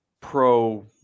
pro